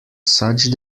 such